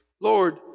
Lord